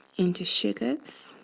into sugars.